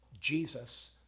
Jesus